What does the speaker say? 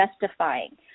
justifying